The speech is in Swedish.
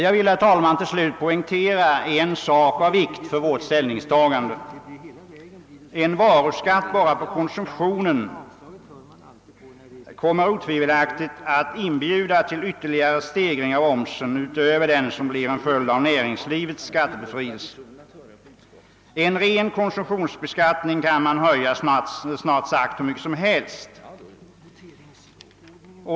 Jag vill, herr talman, till slut poängtera en företeelse av vikt för vårt ställningstagande. En varuskatt på enbart konsumtionen kommer otvivelaktigt att inbjuda till ytterligare stegring av omsättningsskatten utöver den som blir en följd av näringslivets skattebefrielse. En ren konsumtionsbeskattning kan man öka snart sagt hur. mycket som helst.